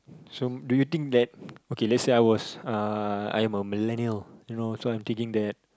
so do you think that okay let's say I was uh I'm a millennial you know so I'm thinking that